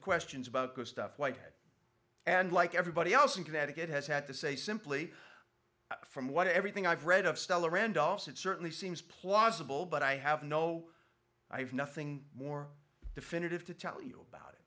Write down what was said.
questions about stuff whitehead and like everybody else in connecticut has had to say simply from what everything i've read of stellar randolph's it certainly seems plausible but i have no i have nothing more definitive to tell you about